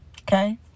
Okay